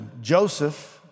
Joseph